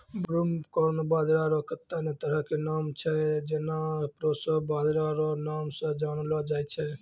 broomcorn बाजरा रो कत्ते ने तरह के नाम छै जेना प्रोशो बाजरा रो नाम से जानलो जाय छै